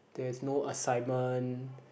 there's no assignment